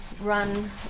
run